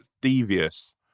devious